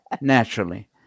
Naturally